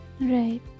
Right